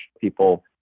people